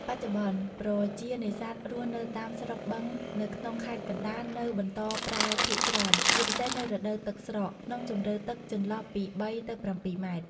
បច្ចុប្បន្ន ប្រជានេសាទរស់នៅតាមស្រុកបឹងនៅក្នុងខេត្តកណ្ដាល នៅបន្តប្រើភាគច្រើន ជាពិសេសនៅរដូវទឹកស្រក ក្នុងជម្រៅទឹកចន្លោះពី៣ ទៅ៧ម៉ែត្រ ។